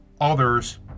others